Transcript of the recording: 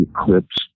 eclipse